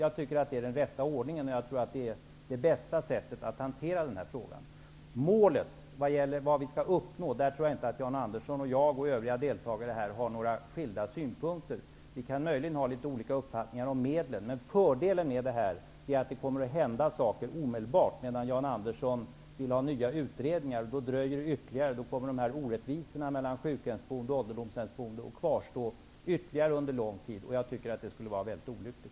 Jag tycker att det är den rätta ordningen och det bästa sättet att hantera den här frågan. När det gäller målet, vad vi skall uppnå, tror jag inte att Jan Andersson, jag och övriga deltagare i debatten har några skilda synpunkter. Vi kan möjligen ha olika uppfattningar om medlen. Fördelen med detta är att det kommer att hända saker omedelbart. Jan Andersson vill ha nya utredningar. Det dröjer då ytterligare, och orättvisorna mellan sjukhemsboende och ålderdomshemsboende kommer att kvarstå under lång tid. Det skulle vara mycket olyckligt.